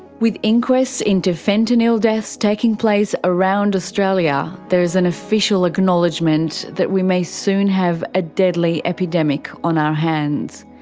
with inquests into fentanyl deaths taking place around australia, there is an official acknowledgement that we may soon have a deadly epidemic on our hands.